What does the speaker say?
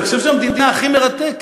אני חושב שאנחנו המדינה הכי מרתקת.